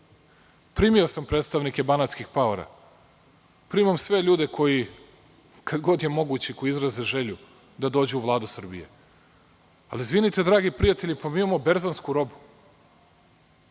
primio sam predstavnike banatskih paoara, primam sve ljude koji, kad god je to moguće, izraze želju da dođu u Vladu Srbije. Izvinite, dragi prijatelji, mi imamo berzansku robu.